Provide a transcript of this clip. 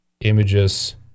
Images